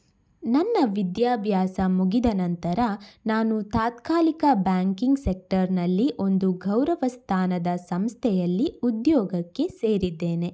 ನನ್ನ ವಿದ್ಯಾಭ್ಯಾಸ ಮುಗಿದ ನಂತರ ನಾನು ತಾತ್ಕಾಲಿಕ ಬ್ಯಾಂಕಿಂಗ್ ಸೆಕ್ಟರ್ನಲ್ಲಿ ಒಂದು ಗೌರವ ಸ್ಥಾನದ ಸಂಸ್ಥೆಯಲ್ಲಿ ಉದ್ಯೋಗಕ್ಕೆ ಸೇರಿದ್ದೇನೆ